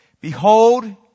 Behold